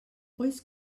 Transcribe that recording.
oes